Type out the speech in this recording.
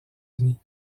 unis